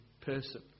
person